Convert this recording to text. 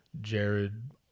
Jared